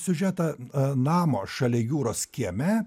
siužetą namo šalia jūros kieme